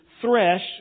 thresh